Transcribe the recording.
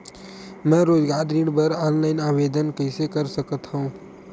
मैं रोजगार ऋण बर ऑनलाइन आवेदन कइसे कर सकथव?